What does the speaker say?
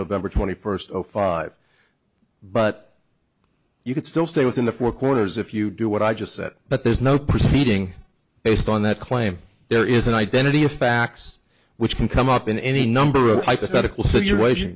november twenty first or five but you can still stay within the four corners if you do what i just said but there's no proceeding based on that claim there is an identity of facts which can come up in any number of hypothetical situation